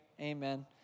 Amen